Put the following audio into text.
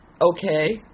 okay